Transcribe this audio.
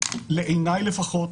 לעיניי לפחות,